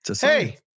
hey